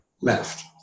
left